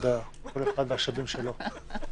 כל אחד ו"השבים" שלו.